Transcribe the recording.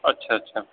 اچھا اچھا